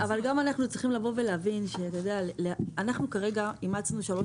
צריך גם להבין שכרגע אימצנו שלוש